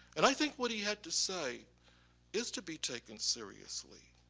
and i think what he had to say is to be taken seriously.